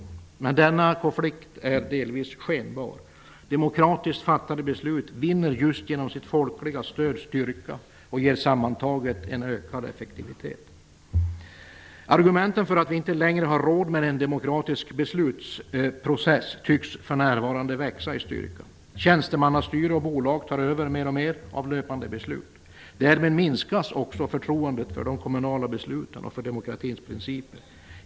Men denna konflikt är delvis skenbar. Demokratiskt fattade beslut vinner just genom sitt folkliga stöd styrka och ger sammantaget en ökad effektivitet. Argumenten för att vi inte längre har råd med en demokratisk beslutsprocess tycks för närvarande växa i styrka. Tjänstemannastyre och bolag tar över mer och mer av de löpande besluten. Därmed minskas också förtroendet för de kommunala besluten och för demokratins principer.